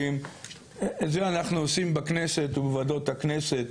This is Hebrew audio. - את זה אנחנו עושים בכנסת ובוועדות הכנסת